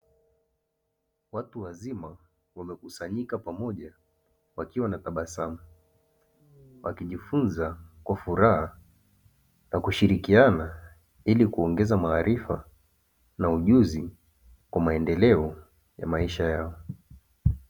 Watu wazima wamekusanyika pamoja wakiwa na tabasamu wakijifunza kwa furaha za kushirikiana, ili kuongeza maarifa na ujuzi kwa maendeleo ya maisha yao.